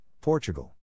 Portugal